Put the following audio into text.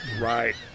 Right